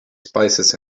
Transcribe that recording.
spices